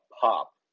pop